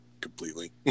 completely